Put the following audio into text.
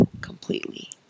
completely